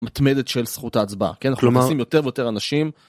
מתמדת של זכות ההצבעה, כן? כלומר, אנחנו מנסים יותר ויותר אנשים.